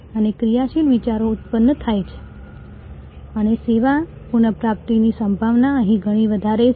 અને ક્રિયાશીલ વિચારો ઉત્પન્ન થાય છે અને સેવા પુનઃપ્રાપ્તિની સંભાવના અહીં ઘણી વધારે છે